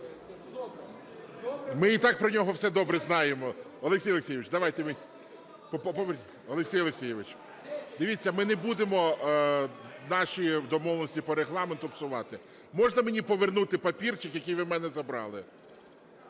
Ми і так про нього все добре знаємо. Олексій Олексійович, давайте… Олексій Олексійович, дивіться, ми не будемо наші домовленості по Регламенту псувати. Можна мені повернути папірчик, який ви у мене забрали?